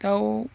दाउ